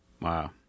Wow